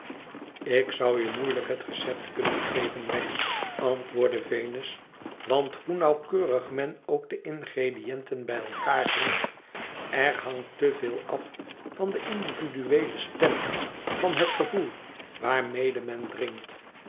ik zou u moeilijk het recept kunnen geven wegg antwoordde venus want hoe nauwkeurig men ook de ingrediënten bij elkaar heeft er hangt te veel af van de individueele stemming van het gevoel waarmede men drinkt